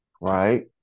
right